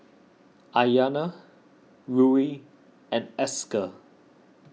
Ayanna Ruie and Esker